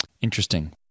Interesting